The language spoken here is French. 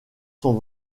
sont